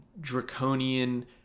draconian